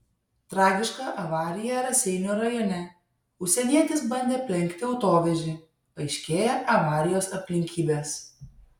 tragiška avarija raseinių rajone užsienietis bandė aplenkti autovežį aiškėja avarijos aplinkybės